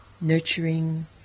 nurturing